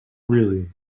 really